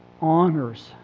honors